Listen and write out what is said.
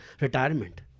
retirement